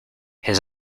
his